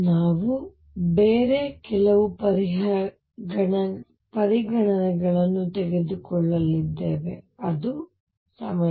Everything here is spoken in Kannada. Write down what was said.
ನಾವು ಬೇರೆ ಕೆಲವು ಪರಿಗಣನೆಗಳನ್ನು ತೆಗೆದುಕೊಳ್ಳಲಿದ್ದೇವೆ ಅದು ಸಮಯ